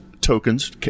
tokens